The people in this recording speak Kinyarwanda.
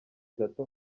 gato